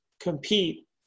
compete